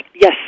Yes